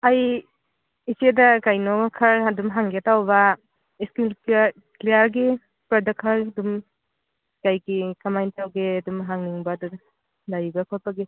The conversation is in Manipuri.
ꯑꯩ ꯏꯆꯦꯗ ꯀꯩꯅꯣ ꯈꯔ ꯑꯗꯨꯝ ꯍꯪꯒꯦ ꯇꯧꯕ ꯏꯁꯀꯤꯟ ꯀꯤꯌꯥꯔꯒꯤ ꯄ꯭ꯔꯗꯛ ꯈꯔꯒꯤꯗꯨꯝ ꯀꯩ ꯀꯩ ꯀꯃꯥꯏ ꯇꯧꯕ ꯌꯥꯏ ꯑꯗꯨꯝ ꯍꯪꯅꯤꯡꯕ ꯑꯗꯨ ꯂꯩꯕ ꯈꯣꯠꯄꯒꯤ